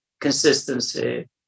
consistency